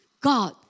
God